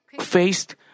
faced